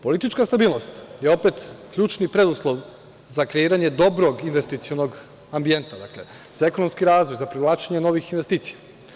Politička stabilnosti je opet ključni preduslov za kreiranje dobrog investicionog ambijenta, dakle za ekonomski razvoj, za privlačenje novih investicija.